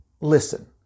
listen